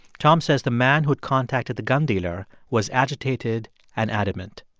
tom says the man who'd contacted the gun dealer was agitated and adamant.